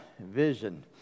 vision